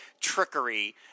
trickery